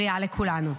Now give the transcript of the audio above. בריאה לכולנו.